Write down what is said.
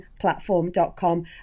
platform.com